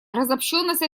разобщенность